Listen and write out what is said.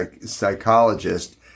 psychologist